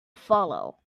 follow